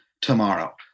tomorrow